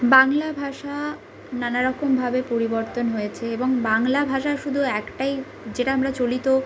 বাংলা ভাষা নানা রকমভাবে পরিবর্তন হয়েছে এবং বাংলা ভাষা শুধু একটাই যেটা আমরা চলিত